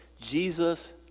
Jesus